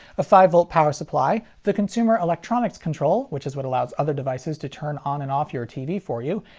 a five v power supply, the consumer electronics control which is what allows other devices to turn on and off your tv for you,